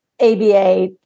ABA